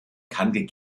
kann